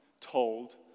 told